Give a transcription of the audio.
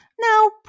now